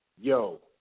Yo